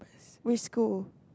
which school